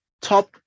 top